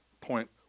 point